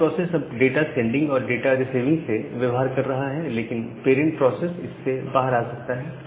child process अब data sending और data receiving से व्यवहार कर रहा है लेकिन पेरेंट प्रोसेस इस से बाहर आ सकता है